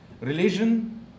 religion